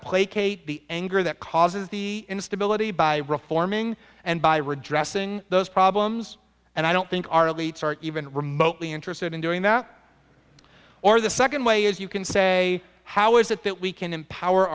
placate the anger that causes the instability by reforming and by redress ing those problems and i don't think our elites are even remotely interested in doing that or the second way is you can say how is it that we can empower